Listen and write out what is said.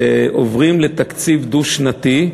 שעוברים לתקציב דו-שנתי,